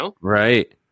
Right